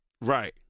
Right